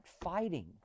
fighting